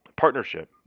partnership